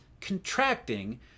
contracting